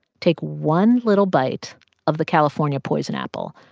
take one little bite of the california poison apple,